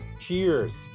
Cheers